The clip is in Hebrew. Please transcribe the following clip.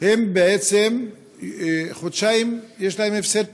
בעצם חודשיים יש להם הפסד פרנסה,